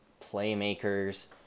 playmakers